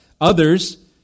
Others